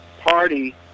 Party